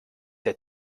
der